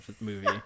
movie